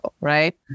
right